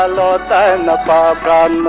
ah da da da